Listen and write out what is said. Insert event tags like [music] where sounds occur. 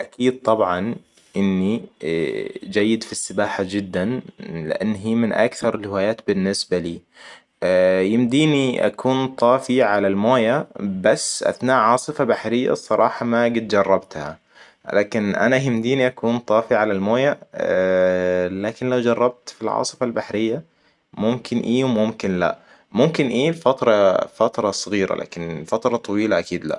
اكيد طبعاً إني جيد في السباحة جداً لأن هي من أكثر الهوايات بالنسبة لي. يمديني أكون طافي على الموية بس أثناء عاصفة بحرية الصراحة ما قد جربتها. لكن انا يمديني اكون طافي على الموية [hesitation] لاكن لو جربت في العاصفه البحريه ممكن إي وممكن لأ .ممكن إي فتره- فتره صغيره لاكن فتره طويله لأكيد لأ